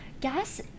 Gas